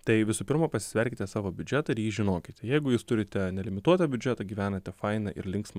tai visų pirma pasisverkite savo biudžetą ir jį žinokite jeigu jūs turite nelimituotą biudžetą gyvenate fainą ir linksmą